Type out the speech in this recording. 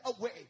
away